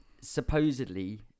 Supposedly